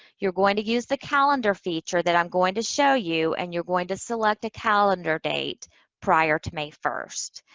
you're going to use the calendar feature that i'm going to show you, and you're going to select a calendar date prior to may first.